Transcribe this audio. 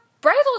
bridal